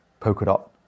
Polkadot